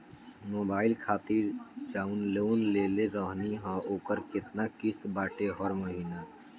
Mobile खातिर जाऊन loan लेले रहनी ह ओकर केतना किश्त बाटे हर महिना?